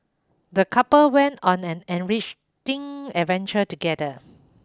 the couple went on an enriching adventure together